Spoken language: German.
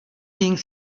ging